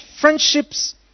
friendships